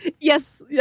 Yes